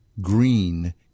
green